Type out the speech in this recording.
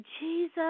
Jesus